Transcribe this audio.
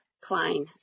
Klein